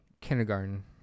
kindergarten